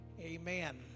amen